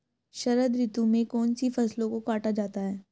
शरद ऋतु में कौन सी फसलों को काटा जाता है?